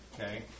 Okay